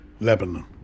Lebanon